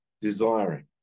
desiring